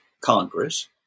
Congress